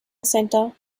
center